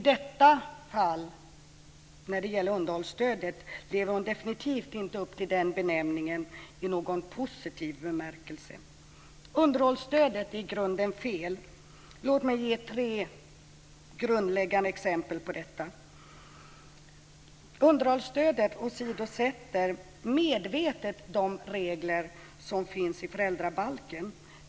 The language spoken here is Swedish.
Men när det gäller underhållsstödet lever hon definitivt inte upp till den benämningen i positiv bemärkelse. Underhållsstödet är i grunden fel. Låt mig ge tre grundläggande exempel. För det första åsidosätter underhållsstödet medvetet de regler som finns i föräldrabalken.